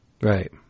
right